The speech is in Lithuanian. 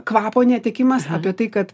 kvapo netekimas apie tai kad